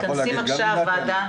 אנחנו נכנס עכשיו את ועדת העבודה,